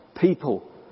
people